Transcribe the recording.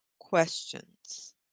questions